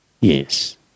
Yes